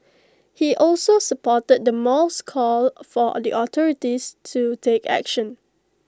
he also supported the mall's call for or the authorities to take action